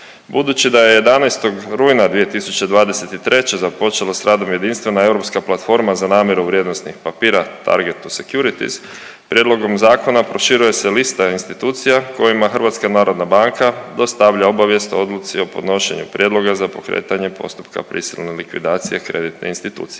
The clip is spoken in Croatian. Budući da je 11. rujna 2023. započela s radom jedinstvena europska platforma za namjeru vrijednosnih papira TARGET2-Securities prijedlogom zakona proširuje se lista institucija kojima HNB dostavlja obavijest o odluci o podnošenju prijedloga za pokretanje postupka prisilne likvidacije kreditne institucije.